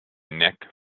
nick